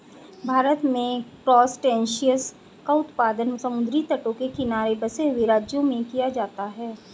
भारत में क्रासटेशियंस का उत्पादन समुद्री तटों के किनारे बसे हुए राज्यों में किया जाता है